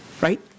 right